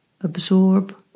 absorb